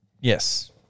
yes